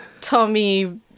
Tommy